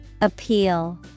Appeal